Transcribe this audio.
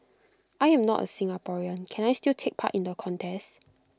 I am not A Singaporean can I still take part in the contest